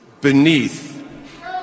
beneath